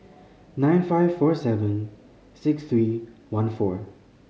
nine five four seven six three one four